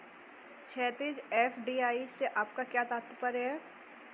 क्षैतिज, एफ.डी.आई से आपका क्या तात्पर्य है?